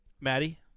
maddie